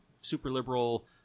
super-liberal